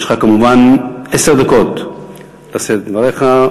יש לך כמובן עשר דקות לשאת את דבריך.